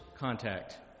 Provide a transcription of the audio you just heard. contact